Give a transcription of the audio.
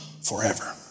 Forever